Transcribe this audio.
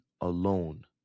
alone